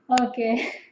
Okay